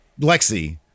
Lexi